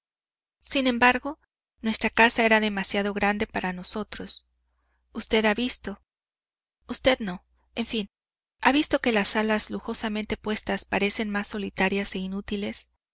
sin embargo nuestra casa era demasiado grande para nosotros usted ha visto usted no en fin ha visto que las salas lujosamente puestas parecen más solitarias e inútiles